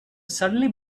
suddenly